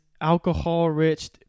alcohol-rich